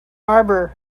arbor